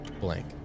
Blank